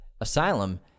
Asylum